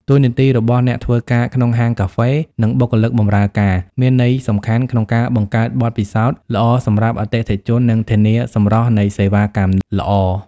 តួនាទីរបស់អ្នកធ្វើការក្នុងហាងកាហ្វេ និងបុគ្គលិកបម្រើការ មានន័យសំខាន់ក្នុងការបង្កើតបទពិសោធន៍ល្អសម្រាប់អតិថិជន និងធានាសម្រស់នៃសេវាកម្មល្អ។